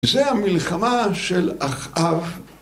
זה המלחמה של אחאב.